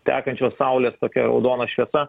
tekančios saulės tokia raudona šviesa